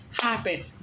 happen